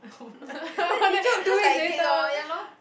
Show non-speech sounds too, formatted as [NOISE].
[LAUGHS] two weeks later